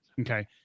Okay